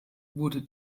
wurde